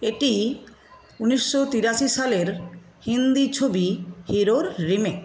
এটি উনিশশো তিরাশি সালের হিন্দি ছবি হিরোর রিমেক